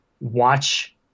watch